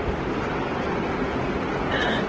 अनि ठन्डा र गरम